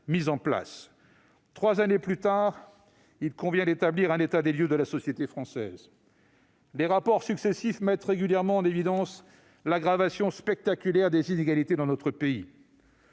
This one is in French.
Trois années plus tard, il convient d'établir un état des lieux de la société française. Des rapports successifs mettent régulièrement en évidence l'aggravation spectaculaire des inégalités dans notre pays.